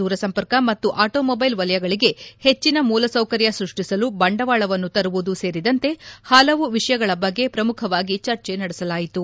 ದೂರಸಂಪರ್ಕ ಮತ್ತು ಆಟೋಮೊದ್ಲೆಲ್ ವಲಯಗಳಿಗೆ ಹೆಚ್ಚನ ಮೂಲಸೌಕರ್ಯ ಸೃಷ್ಷಿಸಲು ಬಂಡವಾಳವನ್ನು ತರುವುದು ಸೇರಿದಂತೆ ಹಲವು ವಿಷಯಗಳ ಬಗ್ಗೆ ಪ್ರಮುಖವಾಗಿ ಚರ್ಚೆ ನಡೆಸಲಾಯಿತು